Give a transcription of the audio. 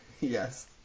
Yes